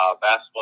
basketball